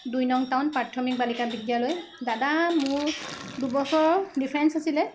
দুই নং টাউন প্ৰাথমিক বালিকা বিদ্যালয় দাদা মোৰ দুবছৰ ডিফাৰেঞ্চ আছিলে